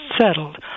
settled